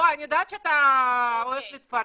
אני יודעת שאתה אוהב להתפרץ.